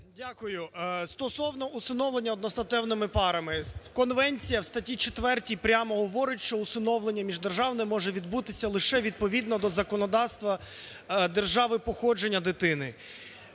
Дякую. Стосовно усиновлення одностатевими парами. Конвенція в статті 4 прямо говорить, що усиновлення міждержавне може відбутися лише відповідно до законодавства держави походження дитини.